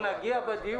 אנחנו נגיע בדיון.